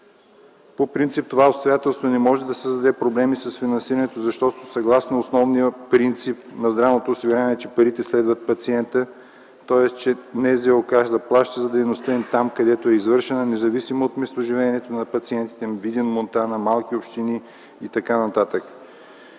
По принцип това обстоятелство не може да създаде проблеми с финансирането, защото съгласно основния принцип на здравното осигуряване парите следват пациента, тоест че НЗОК заплаща за дейността им там, където е извършена, независимо от местоживеенето на пациентите – Видин, Монтана, малки общини и т.н.